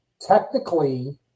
Technically